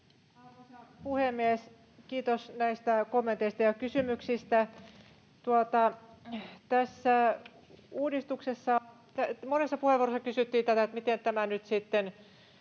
Arvoisa puhemies! Kiitos näistä kommenteista ja kysymyksistä. Monessa puheenvuorossa kysyttiin, miten tämä nyt sitten